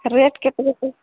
rate କେତେ କେତେ